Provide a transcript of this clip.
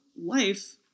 life